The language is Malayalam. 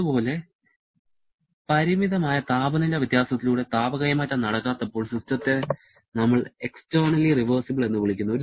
അതുപോലെ പരിമിതമായ താപനില വ്യത്യാസത്തിലൂടെ താപ കൈമാറ്റം നടക്കാത്തപ്പോൾ സിസ്റ്റത്തെ നമ്മൾ എകസ്റ്റെർണലി റിവേഴ്സിബൽ എന്ന് വിളിക്കുന്നു